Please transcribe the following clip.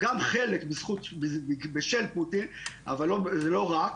גם חלק בשל פוטין אבל לא רק,